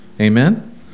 Amen